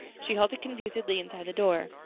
she halted confusedly inside the door.